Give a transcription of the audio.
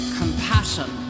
compassion